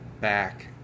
back